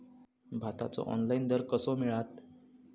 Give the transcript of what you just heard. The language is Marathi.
भाताचो ऑनलाइन दर कसो मिळात?